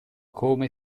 come